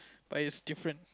but it's different